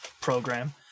program